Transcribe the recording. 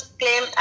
claim